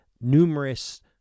numerous